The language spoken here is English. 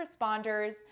responders